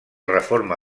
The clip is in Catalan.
reforma